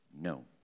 no